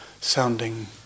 sounding